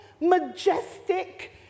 majestic